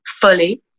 fully